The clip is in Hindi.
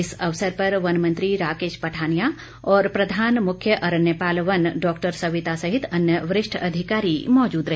इस अवसर पर वनमंत्री राकेश पठानिया और प्रधान मुख्य अरण्यपाल वन डॉक्टर सविता सहित अन्य वरिष्ठ अधिकारी मौजूद रहे